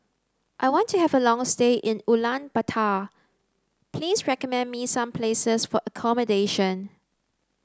I want to have a long stay in Ulaanbaatar please recommend me some places for accommodation